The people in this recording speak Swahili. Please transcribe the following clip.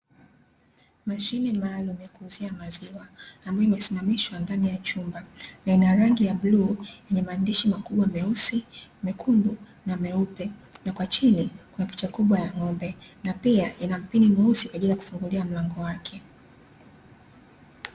Mashine maalumu ya kuuzia maziwa, ambayo imesimamishwa ndani ya chumba, na inarangi ya bluu yenye inamaandishi makubwa meusi, mekundu, na meupe, na kwa chini kuna picha kubwa ya ng'ombe, na pia ina mpini mweusi kwa ajili ya kufungulia mlango wake.